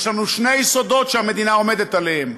יש לנו שני יסודות שהמדינה עומדת עליהם,